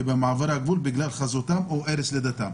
בגלל חזותם או ארץ לידתם.